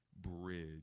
bridge